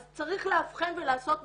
אז צריך לאבחן ולעשות מבחנים.